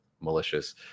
malicious